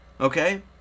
Okay